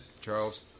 Charles